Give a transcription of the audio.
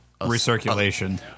Recirculation